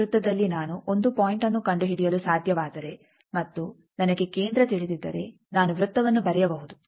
ಒಂದು ವೃತ್ತದಲ್ಲಿ ನಾನು 1 ಪಾಯಿಂಟ್ಅನ್ನು ಕಂಡುಹಿಡಿಯಲು ಸಾಧ್ಯವಾದರೆ ಮತ್ತು ನನಗೆ ಕೇಂದ್ರ ತಿಳಿದಿದ್ದರೆ ನಾನು ವೃತ್ತವನ್ನು ಬರೆಯಬಹುದು